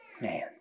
Man